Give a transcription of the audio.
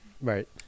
Right